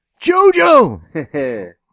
JoJo